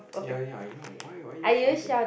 ya ya I know why why are you shouting